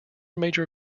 major